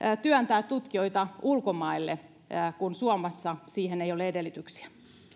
työntää tutkijoita ulkomaille kun suomessa siihen ei ole edellytyksiä